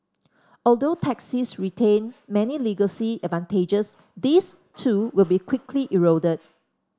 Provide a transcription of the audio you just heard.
although taxis retain many legacy advantages these too will be quickly eroded